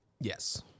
yes